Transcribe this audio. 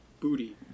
booty